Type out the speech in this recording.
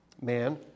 man